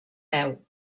deu